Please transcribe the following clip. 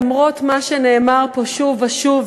למרות מה שנאמר פה שוב ושוב,